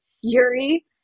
fury